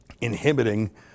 inhibiting